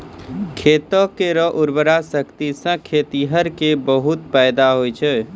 खेत केरो उर्वरा शक्ति सें खेतिहर क बहुत फैदा होय छै